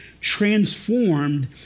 transformed